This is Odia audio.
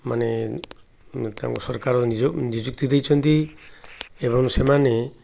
ମାନେ ତାଙ୍କ ସରକାର ନିଯୁକ୍ତି ଦେଇଛନ୍ତି ଏବଂ ସେମାନେ